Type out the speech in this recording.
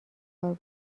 کار